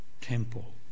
temple